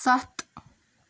سَتھ